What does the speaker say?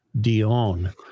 Dion